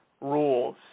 rules